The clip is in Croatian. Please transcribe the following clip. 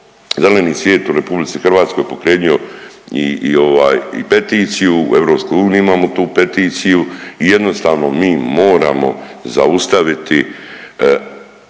Zeleni svijet u RH je pokrenio i peticiju u EU imamo tu peticiju i jednostavno mi moramo zaustaviti